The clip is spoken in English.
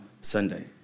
Sunday